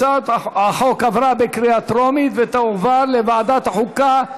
הצעת החוק עברה בקריאה טרומית ותועבר לוועדת החוקה,